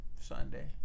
Sunday